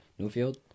Newfield